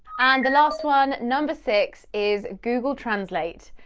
and the last one, number six, is google translate,